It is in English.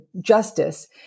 justice